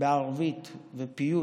בערבית ופיוט.